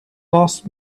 last